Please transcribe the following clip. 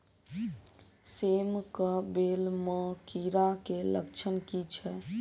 सेम कऽ बेल म कीड़ा केँ लक्षण की छै?